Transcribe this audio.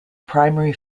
primary